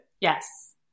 Yes